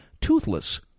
toothless